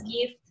gift